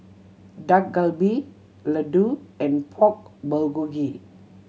Dak Galbi Ladoo and Pork Bulgogi